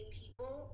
people